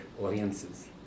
audiences